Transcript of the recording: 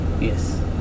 Yes